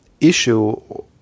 issue